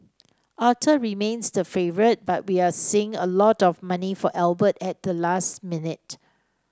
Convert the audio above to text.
Arthur remains the favourite but we're seeing a lot of money for Albert at the last minute